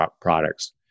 products